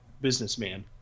businessman